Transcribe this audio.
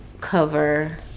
cover